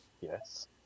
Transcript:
yes